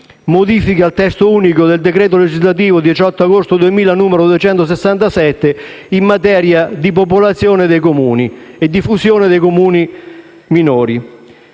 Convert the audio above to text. modifica al testo unico del decreto legislativo 18 agosto 2000, n. 267, in materia di popolazione dei Comuni e di fusione dei Comuni minori.